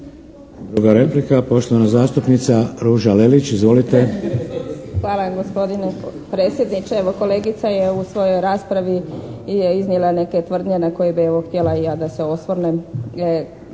Druga replika, poštovana zastupnica Ruža Lelić. Izvolite. **Lelić, Ruža (HDZ)** Hvala gospodine predsjedniče. Evo kolegica je u svojoj raspravi je iznijela neke tvrdnje na koje bih evo htjela i ja da se osvrnem.